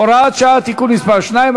הוראת שעה) (תיקון מס' 2),